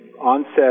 onset